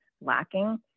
lacking